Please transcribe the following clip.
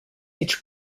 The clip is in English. each